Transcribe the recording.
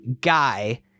Guy